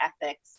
ethics